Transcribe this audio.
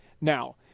Now